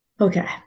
Okay